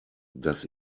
das